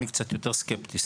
אני קצת יותר סקפטי,